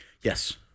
Yes